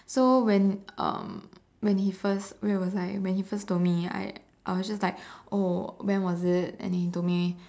so when um when he first where was I when he first told me I I was just like oh when was it and then he told me